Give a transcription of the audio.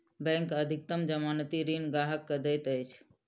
bank अधिकतम जमानती ऋण ग्राहक के दैत अछि